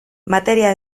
materia